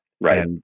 Right